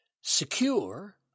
secure